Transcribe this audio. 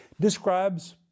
describes